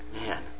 Man